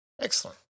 Excellent